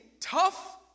tough